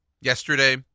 Yesterday